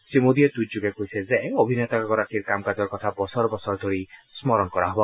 শ্ৰীমোদীয়ে টুইটযোগে কৈছে যে অভিনেতাগৰাকীৰ কামকাজৰ কথা বছৰ বছৰ ধৰি স্মৰণ কৰা হব